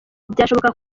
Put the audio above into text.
byashoboka